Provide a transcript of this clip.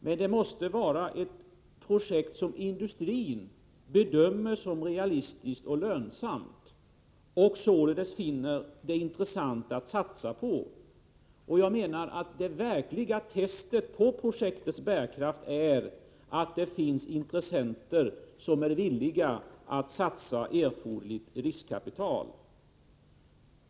Men det måste vara ett projekt som industrin bedömer som realistiskt och lönsamt och således finner det intressant att satsa på. Jag menar att det verkliga testet för projektets bärkraft är att det finns intressenter som är villiga att satsa erforderligt riskkapital.